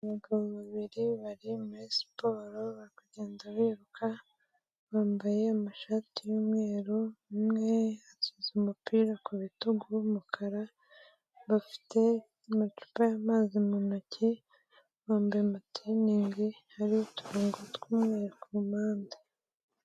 Abagabo babiri bari muri siporo, barikugenda biruka, bambaye amashati y'umweru, umwe yashyize umupira ku bitugu w'umukara, bafite amacupa y'amazi mu ntoki, bambaye amatiriningi arimo uturongo tw'umweru ku mpande.